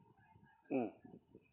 mm